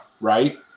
right